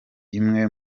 imwe